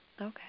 Okay